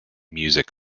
music